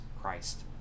christ